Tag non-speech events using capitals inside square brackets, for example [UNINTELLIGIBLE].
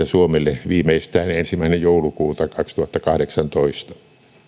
[UNINTELLIGIBLE] suomelle viimeistään ensimmäinen joulukuuta kaksituhattakahdeksantoista